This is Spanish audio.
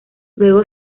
luego